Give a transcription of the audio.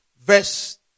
verse